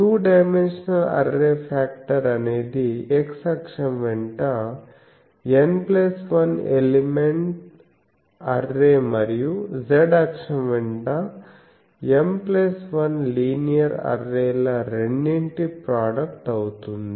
two dimensional array factor అనేది x అక్షం వెంట N 1 ఎలిమెంట్స్ అర్రే మరియు z అక్షం వెంట M 1 లీనియర్ అర్రేల రెండింటి ప్రోడక్ట్ అవుతుంది